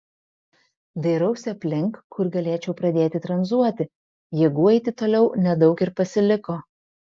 dairausi aplink kur galėčiau pradėti tranzuoti jėgų eiti toliau nedaug ir pasiliko